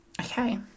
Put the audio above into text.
Okay